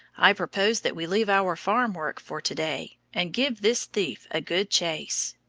i propose that we leave our farm work for to-day, and give this thief a good chase.